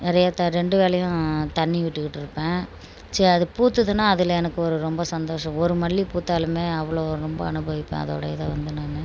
நிறையா த ரெண்டு வேலையும் தண்ணி விட்டுக்கிட்டு இருப்பேன் ச்ச அது பூத்துதுன்னா அதில் எனக்கு ஒரு ரொம்ப சந்தோசம் ஒரு மல்லி பூத்தாலுமே அவ்வளோ ரொம்ப அனுபவிப்பேன் அதோட இதை வந்து நானு